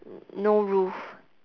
no roof